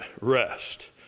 rest